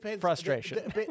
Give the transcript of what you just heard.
frustration